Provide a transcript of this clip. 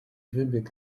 wybieg